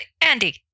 Andy